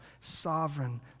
sovereign